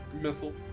Missile